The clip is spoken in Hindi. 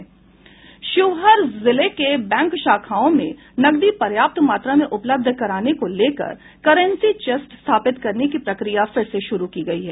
शिवहर जिले के बैंक शाखाओं में नकदी पर्याप्त मात्रा में उपलब्ध कराने को लेकर करेंसी चेस्ट स्थापित करने की प्रक्रिया फिर से शुरू की गयी है